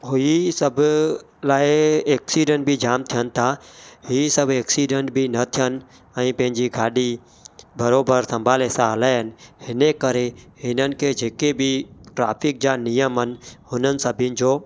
ही सभु लाइ एक्सीडेंट बि जाम थियनि था ई सभु एक्सीडेंट बि न थियनि ऐं पंहिंजी गाॾी बराबरि संभाले सां हलाइनि हिन करे हिननि खे जे के बि ट्राफ़िक जा नियम आहिनि हुननि सभिनी जो